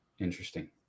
Interesting